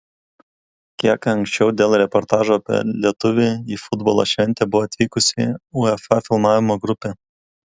kiek anksčiau dėl reportažo apie lietuvį į futbolo šventę buvo atvykusi uefa filmavimo grupė